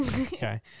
okay